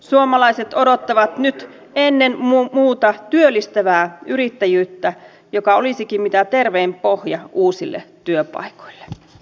suomalaiset odottavat nyt ennen muuta työllistävää yrittäjyyttä joka olisikin mitä tervein pohja uusille työpaikoille